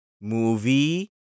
Movie